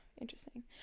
interesting